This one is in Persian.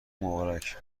مبارک